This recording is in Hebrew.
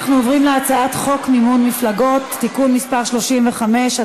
אנחנו עוברים להצעת חוק מימון מפלגות (תיקון מס' 35),